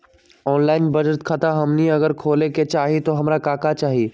Online बचत खाता हमनी अगर खोले के चाहि त हमरा का का चाहि?